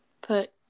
put